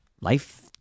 Life